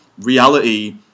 Reality